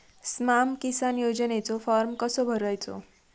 स्माम किसान योजनेचो फॉर्म कसो भरायचो?